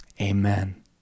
amen